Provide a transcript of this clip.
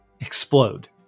explode